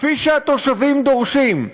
כפי שהתושבים דורשים,